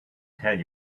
tell